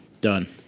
Done